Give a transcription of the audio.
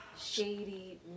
shady